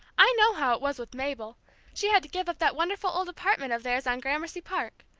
i know how it was with mabel she had to give up that wonderful old apartment of theirs on gramercy park.